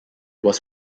was